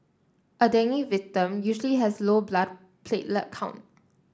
a dengue victim usually has low blood platelet count